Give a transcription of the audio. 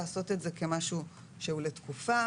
לעשות את זה כמשהו שהוא לתקופה.